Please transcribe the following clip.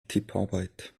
tipparbeit